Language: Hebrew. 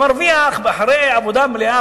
והוא מרוויח אחרי עבודה מלאה,